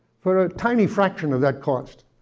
for a tiny fraction of that cost,